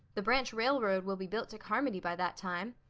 the branch railroad will be built to carmody by that time.